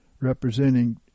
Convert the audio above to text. representing